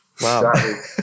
Wow